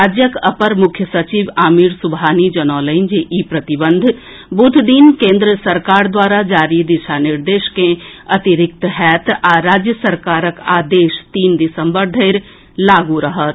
राज्यक अपर मुख्य सचिव आमिर सुबहानी जनौलनि जे ई प्रतिबंध बुध दिन केन्द्र सरकार द्वारा जारी दिशा निर्देश के अतिरिक्त होएत आ राज्य सरकारक आदेश तीन दिसम्बर धरि लागू रहत